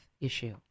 Issue